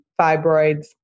fibroids